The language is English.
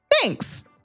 thanks